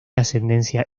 ascendencia